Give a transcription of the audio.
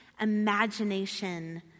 imagination